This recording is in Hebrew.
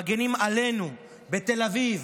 מגינים עלינו בתל אביב,